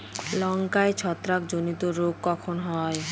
লঙ্কায় ছত্রাক জনিত রোগ কখন হয়?